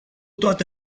toate